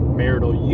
marital